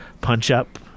punch-up